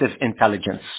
intelligence